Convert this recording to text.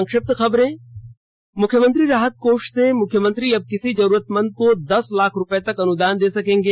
संक्षिप्त खबरें मुख्यमंत्री राहत कोष से मुख्यमंत्री अब किसी जरूरतमंद को दस लाख रुपए तक अनुदान दे सकेंगे